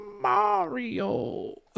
Mario